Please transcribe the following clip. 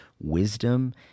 wisdom